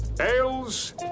ales